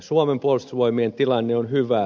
suomen puolustusvoimien tilanne on hyvä